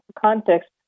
context